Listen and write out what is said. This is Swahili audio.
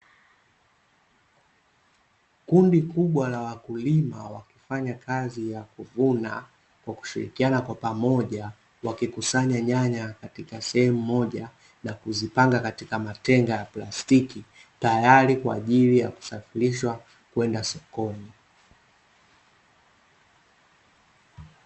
Kundi kubwa la wakulima wanafanya kazi ya kuvuna kwa kushirikiana kwa pamoja, wakikusanya nyanya katika sehemu moja na kuzipanga katika matenga ya plastiki tayari kwa kusafirishwa kwenda sokoni.